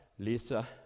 Lisa